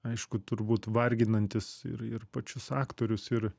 aišku turbūt varginantis ir ir pačius aktorius ir